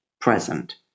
present